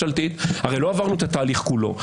ממשלתית, הרי לא עברנו את התהליך כולו.